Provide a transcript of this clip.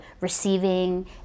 receiving